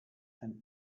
and